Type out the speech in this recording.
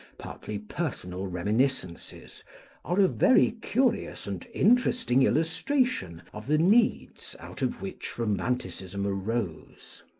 partly personal reminiscences are a very curious and interesting illustration of the needs out of which romanticism arose.